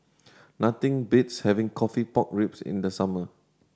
nothing beats having coffee pork ribs in the summer